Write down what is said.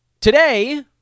Today